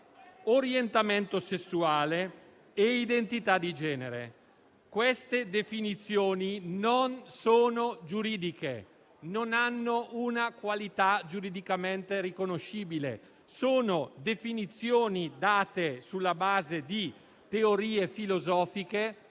orientamento sessuale e identità di genere. Queste definizioni non sono giuridiche, non hanno una qualità giuridicamente riconoscibile, sono definizioni date sulla base di teorie filosofiche o